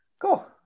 cool